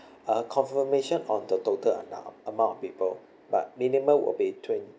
a confirmation of the total amount amount of people but minimal will be twenty